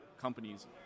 companies